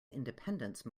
independence